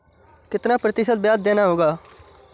कितना प्रतिशत ब्याज देना होगा?